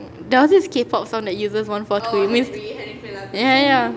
there was this K-pop song that uses one four three means ya ya